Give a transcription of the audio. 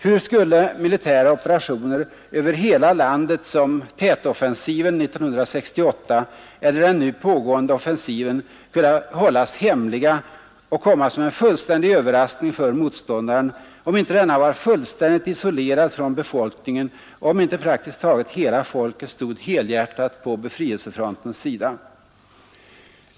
Hur skulle militära operationer över hela landet, som Tetoffensiven 1968 eller den nu pågående offensiven, kunna hållas hemliga och komma som en fullständig överraskning för motståndaren, om inte denna var fullständigt isolerad från befolkningen och om inte praktiskt taget hela folket stod helhjärtat på befrielsefrontens sida?